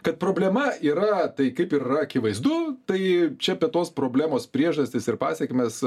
kad problema yra tai kaip ir yra akivaizdu tai čia apie tos problemos priežastis ir pasekmes